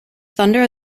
thunder